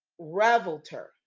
revelter